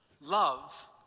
Love